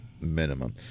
minimum